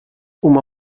uma